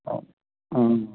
అ అవును